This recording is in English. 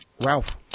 Ralph